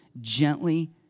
gently